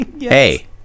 Hey